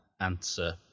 answer